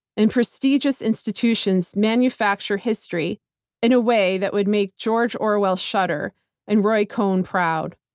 and prestigious institutions manufacture history in a way that would make george orwell shudder and roy cohn proud.